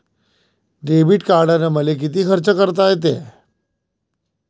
Debit कार्डानं मले किती खर्च करता येते?